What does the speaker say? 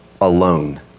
alone